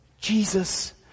Jesus